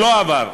שלא עבר,